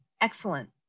excellent